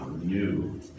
new